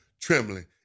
trembling